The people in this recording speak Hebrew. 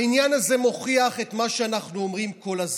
העניין הזה מוכיח את מה שאנחנו אומרים כל הזמן: